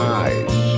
eyes